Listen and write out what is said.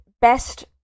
best